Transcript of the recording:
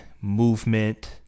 movement